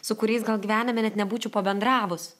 su kuriais gal gyvenime net nebūčiau pabendravus